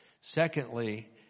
Secondly